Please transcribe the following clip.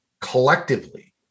collectively